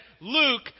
Luke